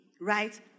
right